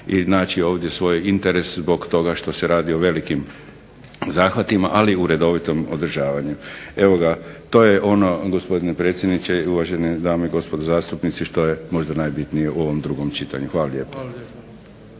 i naći ovdje svoj interes zbog toga što se radi o velikim zahvatima, ali u redovitom održavanju. Evo ga, to je ono gospodine predsjedniče, uvažene dame i gospodo zastupnici što je možda najbitnije u ovom drugom čitanju. Hvala lijepa.